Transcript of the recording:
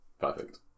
Perfect